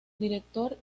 director